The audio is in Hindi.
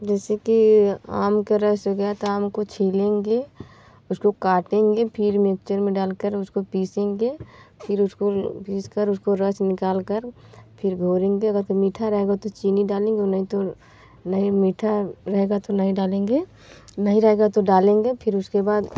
जैसे कि आम का रस हो गया तो आम को छीलेंगे उसको काटेंगे फिर मिक्चर में डालकर उसको पीसेंगे फिर उसको पीसकर उसका रस निकाल कर फिर घोलेंगे अगर मीठा रहेगा तो चीनी डालेंगे नहीं तो नहीं मीठा रहेगा तो नहीं डालेंगे नहीं रहेगा तो डालेंगे फिर उसके बाद